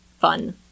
fun